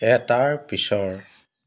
এটাৰ পিছৰ